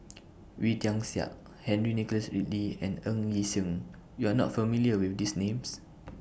Wee Tian Siak Henry Nicholas Ridley and Ng Yi Sheng YOU Are not familiar with These Names